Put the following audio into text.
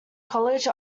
college